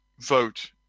vote